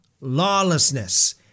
lawlessness